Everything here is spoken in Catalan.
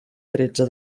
tretze